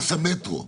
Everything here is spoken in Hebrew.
מס המטרו.